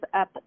Up